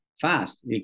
fast